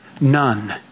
None